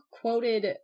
quoted